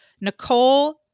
nicole